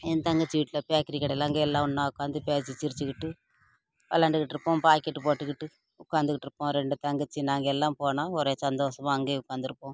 என் தங்கச்சி வீட்டில் பேக்கரி கடையில் அங்கே எல்லோரும் ஒன்றா உக்காந்து பேசி சிரிச்சிக்கிட்டு விளாண்டுக்கிட்டு இருப்போம் பாக்கெட்டு போட்டுக்கிட்டு உட்காந்துக்கிட்டு இருப்போம் ரெண்டு தங்கச்சி நாங்கள் எல்லாம் போனால் ஒரே சந்தோசமாக அங்கேயே உக்காந்துருப்போம்